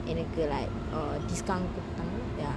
என்னக்கு:ennaku err like discount குடுத்தாங்க:kuduthanga ya